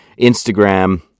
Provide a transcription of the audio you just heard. Instagram